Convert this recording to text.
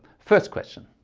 first question,